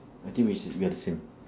I think we s~ we are the same